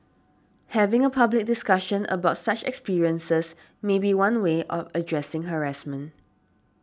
having a public discussion about such experiences may be one way of addressing harassment